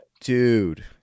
dude